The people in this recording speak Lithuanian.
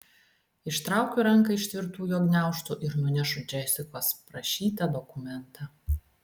ištraukiu ranką iš tvirtų jo gniaužtų ir nunešu džesikos prašytą dokumentą